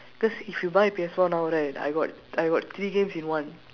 cause if you buy P_S four now right I got I got three games in one